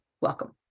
welcome